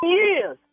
years